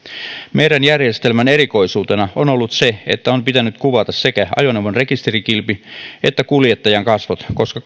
meidän järjestelmämme erikoisuutena on ollut se että on pitänyt kuvata sekä ajoneuvon rekisterikilpi että kuljettajan kasvot koska